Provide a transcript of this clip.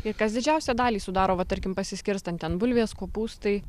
ir kas didžiausią dalį sudaro va tarkim pasiskirstant ten bulvės kopūstai